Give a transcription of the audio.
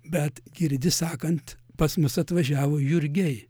bet girdi sakant pas mus atvažiavo jurgiai